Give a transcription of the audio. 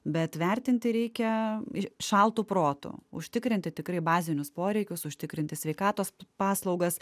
bet vertinti reikia šaltu protu užtikrinti tikrai bazinius poreikius užtikrinti sveikatos paslaugas